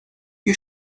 you